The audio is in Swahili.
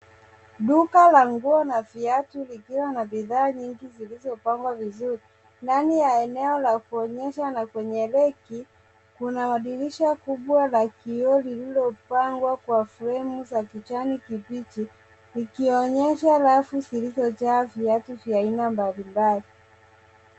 Duka la nguo na viatu vikiwa na bidhaa nyingi zilizopangwa vizuri. Ndani ya eneo la kuonyesha na kwenye reki, kuna dirisha kubwa la kioo lililopangwa kwa afueni za kijani kibichi ikionyesha rafu zilizojaa viatu vya aina mbalimbali.